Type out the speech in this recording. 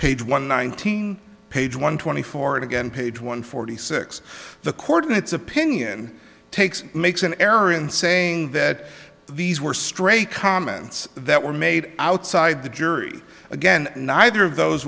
page one nineteen page one twenty four and again page one forty six the court in its opinion takes makes an error in saying that these were stray comments that were made outside the jury again neither of those